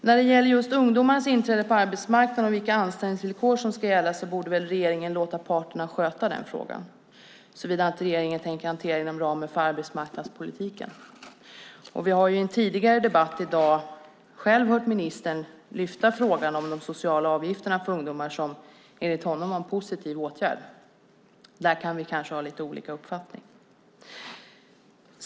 När det gäller ungdomarnas inträde på arbetsmarknaden och vilka anställningsvillkor som ska gälla borde regeringen låta parterna sköta den frågan, såvida regeringen inte tänker hantera den inom ramen för arbetsmarknadspolitiken. Vi har i en tidigare debatt i dag hört ministern ta upp frågan om de sociala avgifterna för ungdomar som enligt honom var en positiv åtgärd. Där kan vi nog ha lite olika uppfattningar.